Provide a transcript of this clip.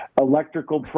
Electrical